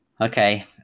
Okay